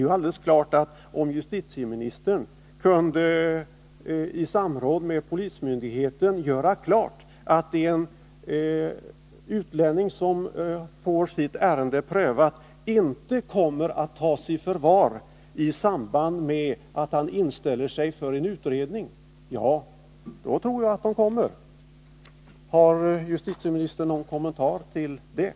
Jag tror att om justitieministern i samråd med polismyndigheten kunde göra klart att en utlänning som får sitt ärende prövat inte kommer att tas i förvar i samband med att han inställer sig för en utredning, då skulle vederbörande komma. Har justitieministern någon kommentar till detta?